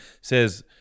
says